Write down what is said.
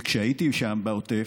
וכשהייתי שם, בעוטף,